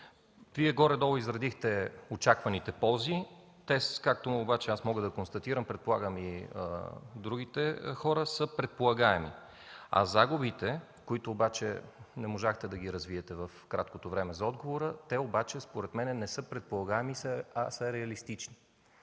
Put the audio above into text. Вие горе-долу изредихте очакваните ползи. Те са, както аз обаче мога да констатирам, предполагам и другите хора, са предполагаеми. А загубите, които не можахте да развиете в краткото време за отговор, те обаче, според мен, не са предполагаеми, а са реалистични.